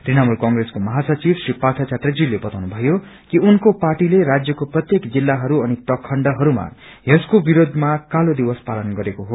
तृणमूल कंग्रेसको महासचिव श्री पार्य च्याटर्जीले क्ताउनु भयो कि उनको पार्टीले राज्यको प्रत्येक जिल्लाहरू अनि प्रखण्डहरूमा यसको विरूद्ध कालो दिवस पालन गरेको हो